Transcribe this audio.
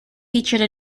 featured